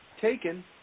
taken